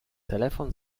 telefon